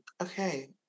Okay